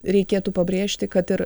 reikėtų pabrėžti kad ir